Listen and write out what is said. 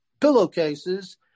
pillowcases